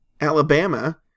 Alabama